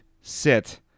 sit